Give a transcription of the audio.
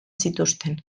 zituzten